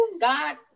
God